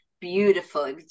beautiful